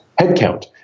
headcount